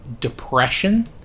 depression